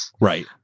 Right